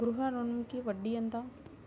గృహ ఋణంకి వడ్డీ ఎంత?